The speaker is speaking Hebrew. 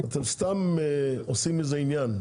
אתם סתם עושים מזה עניין.